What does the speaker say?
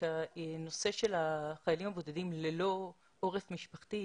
את הנושא של החיילים הבודדים ללא עורף משפחתי,